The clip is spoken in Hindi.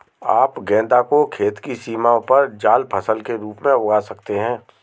आप गेंदा को खेत की सीमाओं पर जाल फसल के रूप में उगा सकते हैं